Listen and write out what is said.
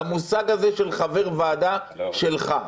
אלא למושג הזה של חבר ועדה שלך.